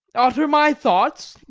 utter my thoughts?